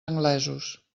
anglesos